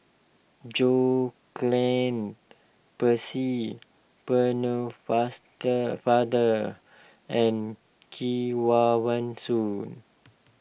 John Clang Percy Faster Father and Kevavan Soon